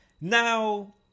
Now